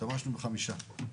והשתמשנו בחמישה.